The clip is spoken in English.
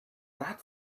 that